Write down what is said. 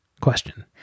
question